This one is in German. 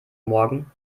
morgen